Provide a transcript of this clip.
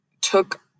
took